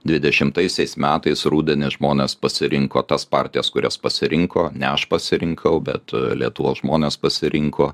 dvidešimtaisiais metais rudenį žmonės pasirinko tas partijas kurias pasirinko ne aš pasirinkau bet lietuvos žmonės pasirinko